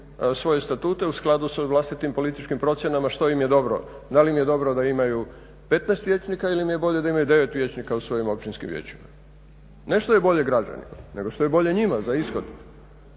svoje statute u skladu sa vlastitim političkim procjenama što im je dobro? Da li im je dobro da imaju 15 vijećnika ili im je bolje da imaju 9 vijećnika u svojim općinskim vijećima? Ne što je bolje građanima, nego što je bolje njima za ishod.